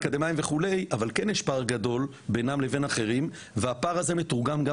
אקדמאים וכדומה אבל כן יש פער גדול בינם לבין אחרים והפער הזה מתורגם גם